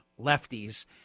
lefties